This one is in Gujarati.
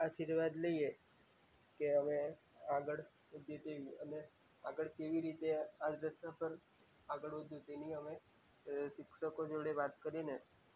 આશીર્વાદ લઈએ કે હવે આગળ જે તે અને આગળ કેવી રીતે આજ સફર આગળ વધે તેની અમે શિક્ષકો જોડે વાત કરીને